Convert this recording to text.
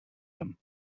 him